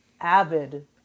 avid